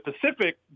Pacific